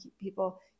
people